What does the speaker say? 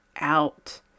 out